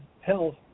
health